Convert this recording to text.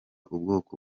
ubwoko